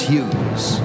Hughes